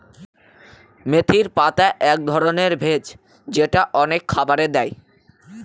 মেথির পাতা এক ধরনের ভেষজ যেটা অনেক খাবারে দেয়